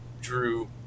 drew